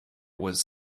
was